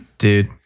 Dude